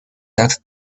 that